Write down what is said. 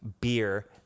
beer